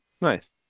nice